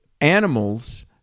Animals